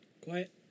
Quiet